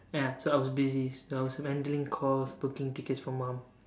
ya so I was busy so I was handling calls booking tickets for mum